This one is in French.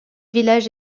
village